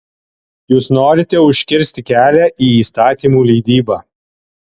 jūs norite užkirsti jiems kelią į įstatymų leidybą